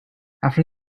after